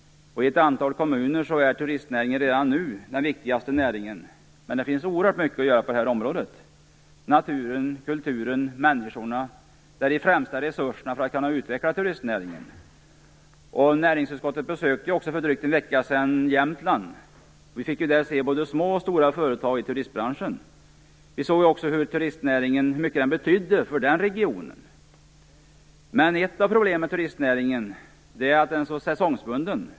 I ett antal kommuner är turistnäringen redan nu den viktigaste näringen, men det finns oerhört mycket att göra på det här området. Naturen, kulturen, människorna är de främsta resurserna för att kunna utveckla turistnäringen. Näringsutskottet besökte för en drygt vecka sedan Jämtland. Vi fick där se både små och stora företag i turistbranschen. Vi såg också hur mycket turistnäringen betyder för den regionen. Men ett av problemen med turistnäringen är att den är säsongsbunden.